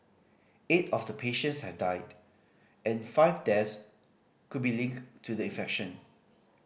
eight of the patients have died and five deaths could be linked to the infection